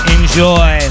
Enjoy